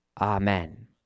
Amen